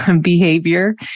behavior